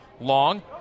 Long